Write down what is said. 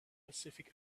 pacific